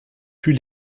plus